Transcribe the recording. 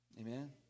Amen